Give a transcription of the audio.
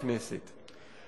בכנסת.